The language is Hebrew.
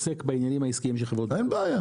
אני לא עוסק בעניינים העסקיים של חברות הביטוח,